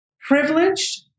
privileged